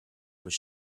was